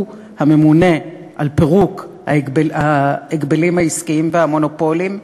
הוא הממונה על פירוק ההגבלים העסקיים והמונופולים,